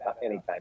anytime